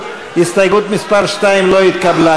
קסניה סבטלובה,